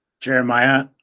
Jeremiah